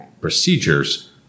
procedures